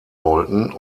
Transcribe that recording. wollten